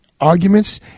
arguments